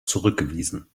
zurückgewiesen